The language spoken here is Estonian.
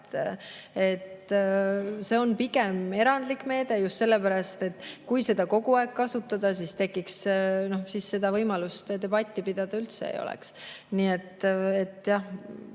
See on pigem erandlik meede just sellepärast, et kui seda kogu aeg kasutada, siis võimalust debatti pidada üldse ei olegi. Nii et ma